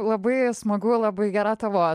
labai smagu labai gera tavo